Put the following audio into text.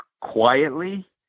quietly